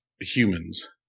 humans